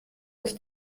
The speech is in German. ist